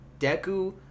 Deku